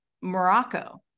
Morocco